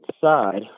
side